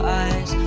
eyes